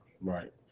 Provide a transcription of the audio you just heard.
right